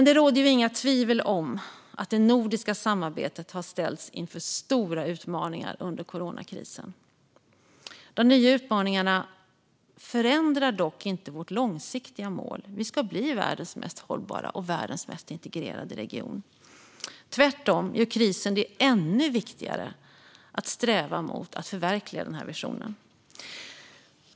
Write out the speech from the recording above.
Det råder inget tvivel om att det nordiska samarbetet har ställts inför stora utmaningar under coronakrisen. De nya utmaningarna förändrar dock inte vårt långsiktiga mål att bli världens mest hållbara och integrerade region. Tvärtom gör krisen det ännu viktigare att sträva mot att förverkliga denna vision.